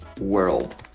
world